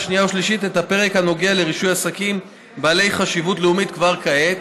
השנייה והשלישית את הפרק הנוגע לרישוי עסקים בעלי חשיבות לאומית כבר כעת,